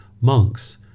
Monks